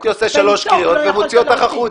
הייתי עושה שלוש קריאות ומוציא אותך החוצה,